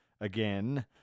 again